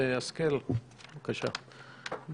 כמובן שצריך לשים אותו במסגרת,